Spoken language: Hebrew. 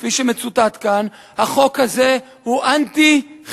כפי שמצוטט כאן: החוק הזה הוא אנטי-חברתי,